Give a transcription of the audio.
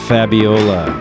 Fabiola